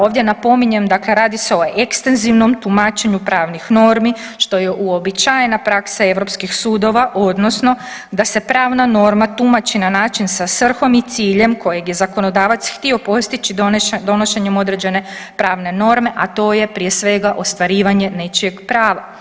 Ovdje napominjem, dakle radi se o ekstenzivnom tumačenju pravnih normi što je u uobičajena praksa europskih sudova odnosno da se pravna norma tumači na način sa svrhom i ciljem kojeg je zakonodavac htio postići donošenjem određene pravne norme, a to je prije svega ostvarivanje nečijeg prava.